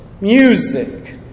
music